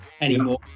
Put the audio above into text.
anymore